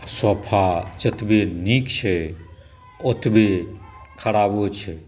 sofa जतबी नीक छै ओतबी खराबो छै